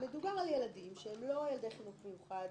מדובר על ילדים שהם לא ילדי חינוך מיוחד